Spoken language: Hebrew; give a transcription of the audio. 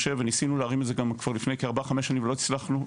ניסינו להרים את זה כבר לפני כ-4 או 5 שנים ולא הצלחנו,